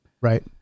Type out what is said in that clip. right